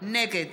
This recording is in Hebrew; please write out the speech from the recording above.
נגד